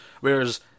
Whereas